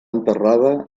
enterrada